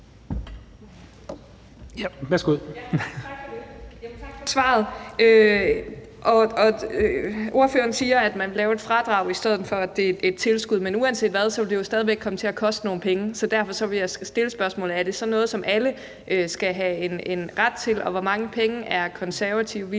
Tak for det,